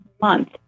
month